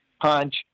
punch